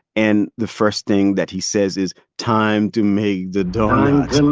and the first thing that he says is, time to make the doughnuts um